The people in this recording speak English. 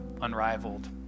unrivaled